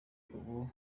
uyu